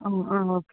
ஆ okay